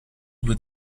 due